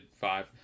five